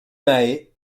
mae